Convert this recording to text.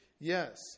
Yes